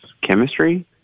chemistry